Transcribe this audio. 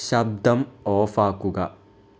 ശബ്ദം ഓഫ് ആക്കുക